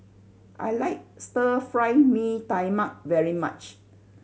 I like Stir Fry Mee Tai Mak very much